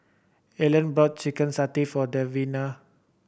Ellyn bought chicken satay for Davina